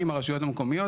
עם הרשויות המקומיות,